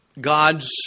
God's